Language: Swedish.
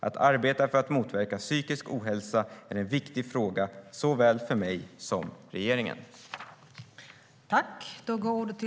Att arbeta för att motverka psykisk ohälsa är en viktig fråga för mig och regeringen.